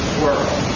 world